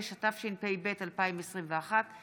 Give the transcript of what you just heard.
6), התשפ"ב 2021,